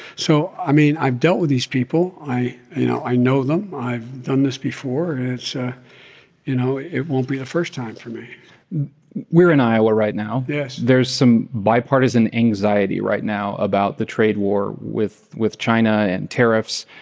so, i mean, i've dealt with these people. i you know, i know them. i've done this before. so you know, it won't be the first time for me we're in iowa right now yes there's some bipartisan anxiety right now about the trade war with with china and tariffs.